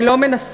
אני לא מנסה,